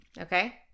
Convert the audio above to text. okay